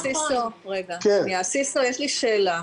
יש לי שאלה.